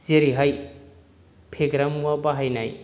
जेरैहाय फेग्रा मुवा बाहायनाय